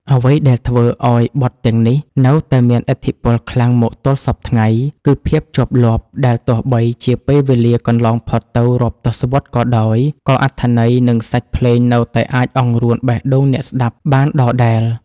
អ្វីដែលធ្វើឱ្យបទទាំងនេះនៅតែមានឥទ្ធិពលខ្លាំងមកទល់សព្វថ្ងៃ គឺ ភាពជាប់លាប់ ដែលទោះបីជាពេលវេលាកន្លងផុតទៅរាប់ទសវត្សរ៍ក៏ដោយ ក៏អត្ថន័យ និងសាច់ភ្លេងនៅតែអាចអង្រួនបេះដូងអ្នកស្ដាប់បានដដែល។